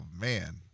man